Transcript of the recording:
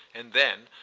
and then,